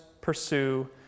pursue